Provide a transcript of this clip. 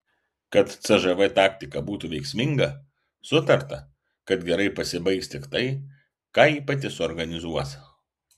kad cžv taktika būtų veiksminga sutarta kad gerai pasibaigs tik tai ką ji pati suorganizuos